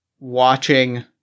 Watching